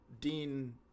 Dean